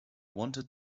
wanted